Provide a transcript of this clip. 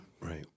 Right